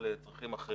או לצרכים אחרים.